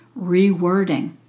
rewording